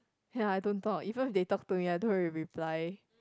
ya I don't talk even they talk to me I don't reply